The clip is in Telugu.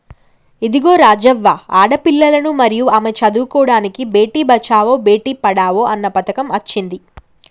ఇదిగో రాజవ్వ ఆడపిల్లలను మరియు ఆమె చదువుకోడానికి బేటి బచావో బేటి పడావో అన్న పథకం అచ్చింది